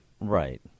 Right